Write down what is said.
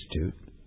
institute